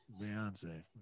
Beyonce